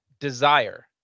desire